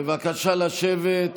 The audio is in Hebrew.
בבקשה לשבת.